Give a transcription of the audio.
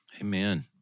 Amen